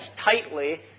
tightly